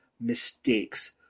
Mistakes